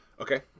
Okay